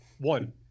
One